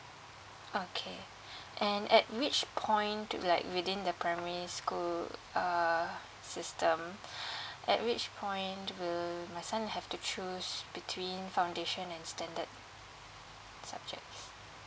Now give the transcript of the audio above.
okay and at which point to like within the primary school err system at which point will my son have to choose between foundation and standard subjects